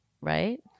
right